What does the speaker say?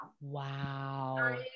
wow